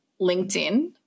LinkedIn